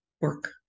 work